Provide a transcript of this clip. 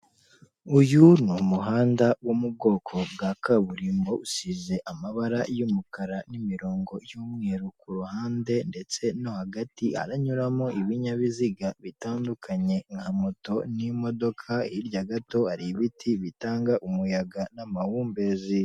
Uyu ni umuhanda wo mu bwoko bwa kaburimbo, usize amabara y'umukara n'imirongo y'umweru ku ruhande, ndetse no hagati haranyuramo ibinyabiziga bitandukanye, nka moto, n'imodoka hirya gato hari ibiti bitanga umuyaga n'amahumbezi.